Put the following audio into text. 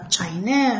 China